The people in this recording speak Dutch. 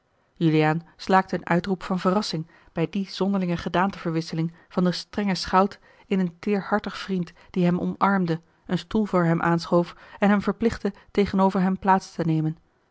juliaan slaakte een uitroep van verrassing bij die zonderlinge gedaanteverwisseling van den strengen schout in een teêrhartig vriend die hem omarmde een stoel voor hem aanschoof en hem verplichtte tegenover hem plaats te nemen